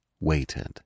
waited